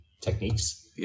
techniques